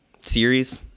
Series